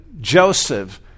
Joseph